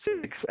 six